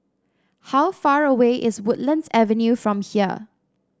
how far away is Woodlands Avenue from here